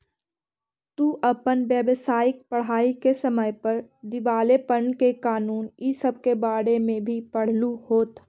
तू अपन व्यावसायिक पढ़ाई के समय पर दिवालेपन के कानून इ सब के बारे में भी पढ़लहू होत